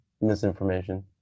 misinformation